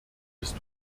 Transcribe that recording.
ist